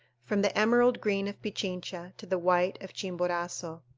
from the emerald green of pichincha to the white of chimborazo.